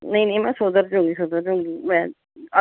ਨਹੀਂ ਨਹੀਂ ਮੈਂ ਸੁਧਰ ਜਾਵਾਂਗੀ ਸੁਧਰ ਜਾਵਾਂਗੀ ਮੈਂ